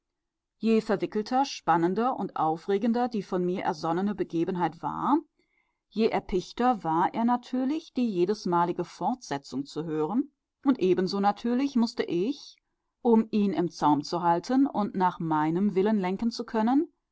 je verwickelter spannender aufregender die von mir ersonnene begebenheit war je erpichter war er natürlich die jedesmalige fortsetzung zu hören und ebenso natürlich mußte ich um ihn im zaum zu halten und nach meinem willen lenken zu können